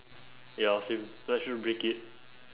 ya same then I should break it